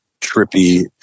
trippy